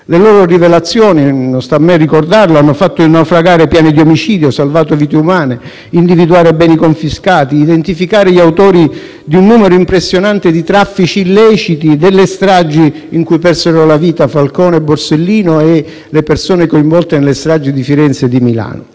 Le loro rivelazioni, e non sta a me ricordarlo, hanno fatto naufragare piani di omicidio, salvato vite umane, individuare beni confiscati, identificare gli autori di un numero impressionante di traffici illeciti, delle stragi in cui persero la vita Falcone e Borsellino e le persone coinvolte nelle stragi di Firenze e di Milano.